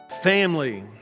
Family